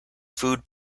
food